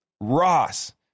Ross